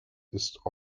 ist